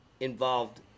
Involved